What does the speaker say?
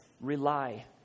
rely